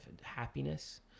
happiness